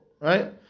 Right